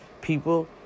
People